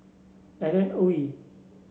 Alan Oei